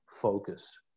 focus